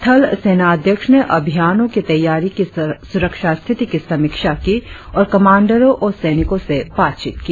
थल सेनाध्यक्ष ने अभियानों की तैयारी की सुरक्षा स्थिति की समीक्षा की और कमंडरों और सैनिकों से बातचीत की